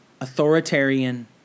authoritarian